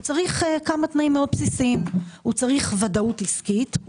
כמה תנאים מאוד בסיסיים: ודאות עסקית,